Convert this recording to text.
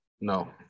No